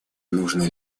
нужно